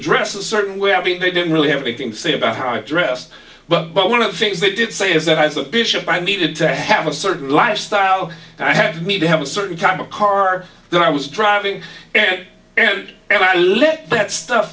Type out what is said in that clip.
address a certain way i mean they don't really have a thing to say about how i dress but but one of the things they did say is that as a bishop i needed to have a certain lifestyle and i have need to have a certain kind of car that i was driving and and i let that stuff